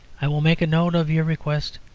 i will make a note of your request.